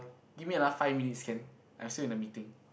give me another five minutes can I'm still in a meeting